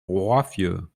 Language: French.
roiffieux